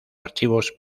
archivos